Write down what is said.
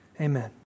Amen